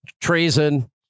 treason